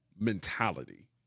mentality